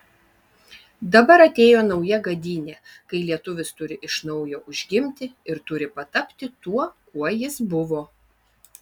dabar atėjo nauja gadynė kai lietuvis turi iš naujo užgimti ir turi patapti tuo kuo jis buvo